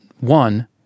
one